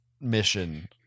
mission